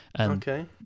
Okay